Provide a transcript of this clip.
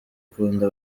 ikunda